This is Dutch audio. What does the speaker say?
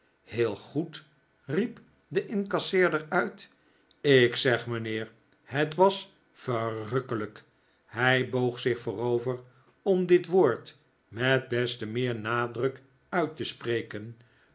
heel goed riep de incasseerder uit ik zeg mijnheer het was verrukkelijk hij boog zich vooroyer om dit woord met des te meer nadruk uit te spreken